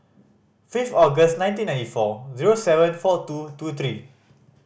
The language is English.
fifth August ninety ninety four zero seven four two two three